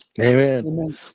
Amen